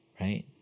right